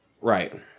right